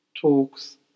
talks